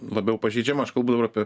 labiau pažeidžiama aš kalbu dabar apie